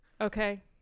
Okay